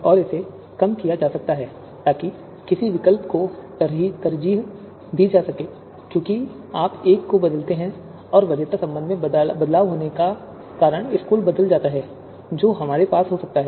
और इसे कम किया जा सकता है ताकि किसी विकल्प को तरजीह दी जा सके क्योंकि आप 1 को बदलते हैं और वरीयता संबंध में बदलाव के कारण योग्यता स्कोर बदल जाएगा जो हमारे पास हो सकता है